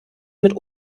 mit